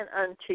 unto